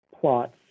plots